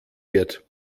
wird